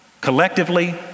collectively